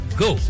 go